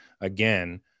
again